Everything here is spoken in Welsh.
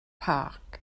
park